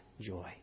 joy